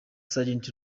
sergent